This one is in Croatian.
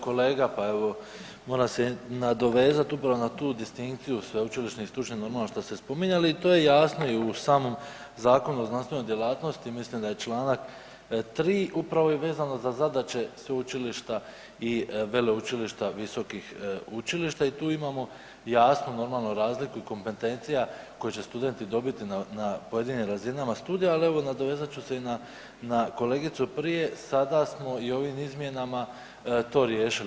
Kolega, pa evo moram se nadovezati upravo na tu distinkciju sveučilišnih i stručnih normalno što ste spominjali i to je jasno i u samom Zakonu o znanstvenoj djelatnosti, mislim da je Članak 3., upravo je vezano za zadaće sveučilišta i veleučilišta, visokih učilišta i tu imamo jasnu normalno razliku i kompetencija koje će studenti dobiti na pojedinim razinama studija, ali evo nadovezat ću se i na kolegicu prije sada samo i ovim izmjenama to riješili.